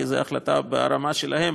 כי זו החלטה ברמה שלהם.